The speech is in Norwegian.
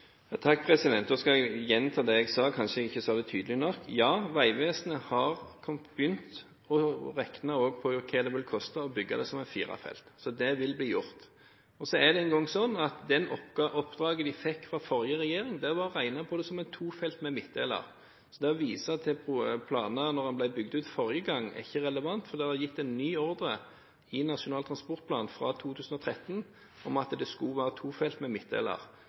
så det vil bli gjort. Så er det engang slik at det oppdraget vi fikk fra den forrige regjeringen, var å regne på det som en tofelts vei med midtdeler. Så det å vise til planer da den ble bygd ut forrige gang, er ikke relevant, for det var gitt en ny ordre i Nasjonal transportplan fra 2013 om at det skulle være tofelts vei med midtdeler.